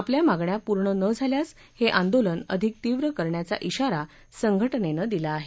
आपल्या मागण्या पूर्ण न झाल्यास हे आंदोलन अधिक तीव्र करण्याचा शिारा संघटनेनं दिला आहे